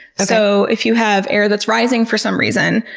so if you have air that's rising for some reason,